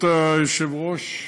ברשות היושב-ראש,